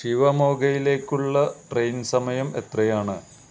ശിവമോഗയിലേക്കുള്ള train സമയം എത്രയാണ്